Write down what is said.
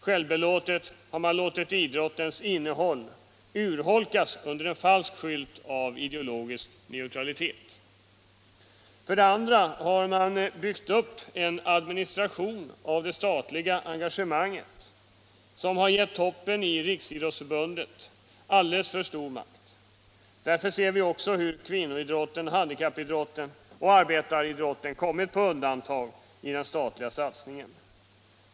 Självbelåtet har man låtit idrottens innehåll urholkas under en falsk skylt av ideologisk neutralitet. För det andra har man byggt upp en administration av det statliga engagemanget som har gett toppen i Riksidrottsförbundet alldeles för stor makt. Därför ser vi också hur kvinnoidrotten, handikappidrotten och arbetaridrotten kommit på undantag i den statliga satsningen.